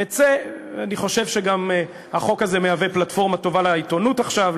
אני חושב שגם החוק הזה הוא פלטפורמה טובה לעיתונות עכשיו,